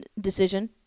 decision